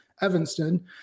Evanston